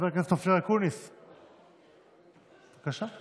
"ממששת המנדטים", מאז הוקמה הממשלה?